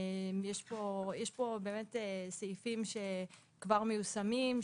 יש פה סעיפים שכבר מיושמים,